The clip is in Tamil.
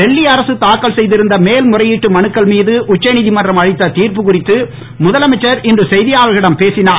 டெல்லி அரசு தாக்கல் செய்திருந்த மேல் முறையீட்டு மனுக்கள் மீது உச்சநீதிமன்றம் அளித்த தீர்ப்பு குறித்து முதலமைச்சர் இன்று செய்தியாளர்களிடம் பேசினார்